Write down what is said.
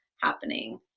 happening